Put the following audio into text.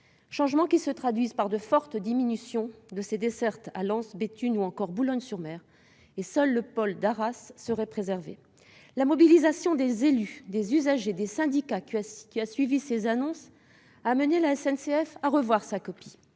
changements se traduisent par de fortes diminutions des dessertes de Lens, Béthune ou encore Boulogne-sur-Mer. Seul le pôle d'Arras serait préservé. La mobilisation des élus, des usagers et des syndicats qui a suivi ces annonces a amené la SNCF à revoir sa copie.